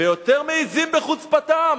ויותר מעזים בחוצפתם